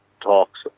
talks